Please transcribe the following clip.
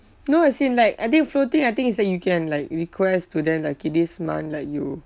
no as in like I think floating I think is like you can like request to them okay this month like you